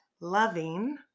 loving